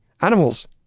animals